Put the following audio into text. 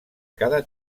cada